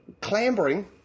clambering